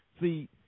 See